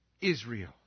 Israel